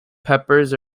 peppers